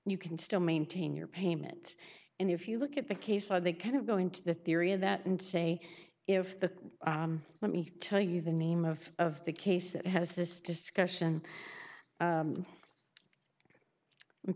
you can still maintain your payments and if you look at the case and they kind of go into the theory of that and say if the let me tell you the name of the case that has this discussion